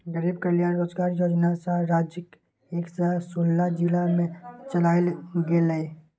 गरीब कल्याण रोजगार योजना छह राज्यक एक सय सोलह जिला मे चलायल गेलै